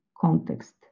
context